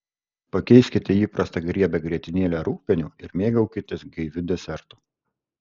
pakeiskite įprastą riebią grietinėlę rūgpieniu ir mėgaukitės gaiviu desertu